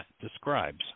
describes